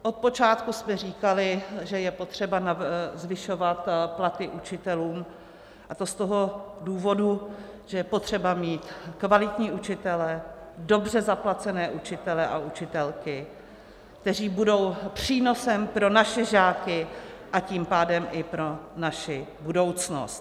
Odpočátku jste říkali, že je potřeba zvyšovat platy učitelům, a to z toho důvodu, že je potřeba mít kvalitní učitele, dobře zaplacené učitele a učitelky, kteří budou přínosem pro naše žáky, a tím pádem i pro naši budoucnost.